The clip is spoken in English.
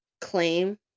claim